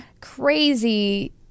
crazy